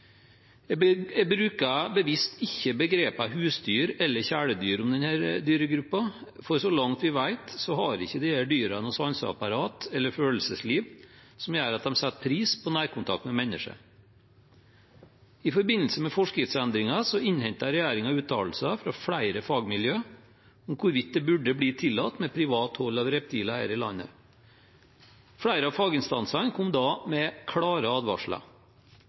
bruker bevisst ikke begrepene «husdyr» eller «kjæledyr» om denne dyregruppen, for så langt vi vet, har ikke disse dyrene noe sanseapparat eller følelsesliv som gjør at de setter pris på nærkontakt med mennesker. I forbindelse med forskriftsendringen innhentet regjeringen uttalelser fra flere fagmiljøer om hvorvidt det burde bli tillatt med privat hold av reptiler her i landet. Flere av faginstansene kom da med klare advarsler.